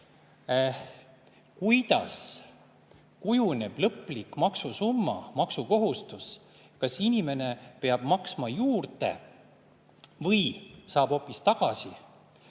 kuidas kujuneb lõplik maksusumma, maksukohustus, kas inimene peab maksma juurde või saab hoopis raha